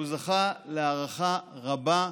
הוא זכה להערכה רבה,